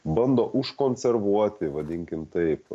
bando užkonservuoti vadinkim taip